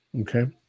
Okay